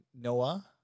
Noah